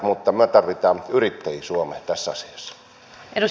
mutta me tarvitsemme nyt yrittäjiä suomeen tässä asiassa